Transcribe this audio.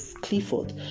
Clifford